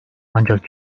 ancak